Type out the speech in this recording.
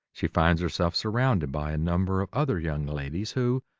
she finds herself surrounded by a number of other young ladies who,